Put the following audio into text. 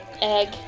egg